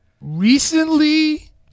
Recently